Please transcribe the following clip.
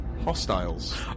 Hostiles